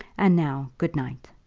and now, good-night.